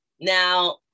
Now